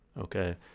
okay